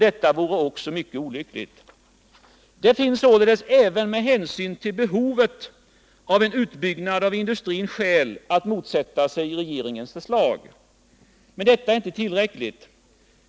Detta vore också mycket olyckligt. Det finns således även med hänsyn till behovet av en utbyggnad av industrin skäl att motsätta sig regeringens förslag. Men detta är inte tillräckligt.